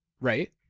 right